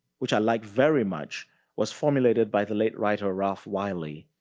which i like very much was formulated by the late writer, ralph wiley,